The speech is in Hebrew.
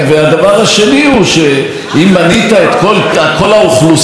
דוברות הערבית אז יכולת גם למנות עוד אוכלוסייה,